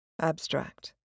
Abstract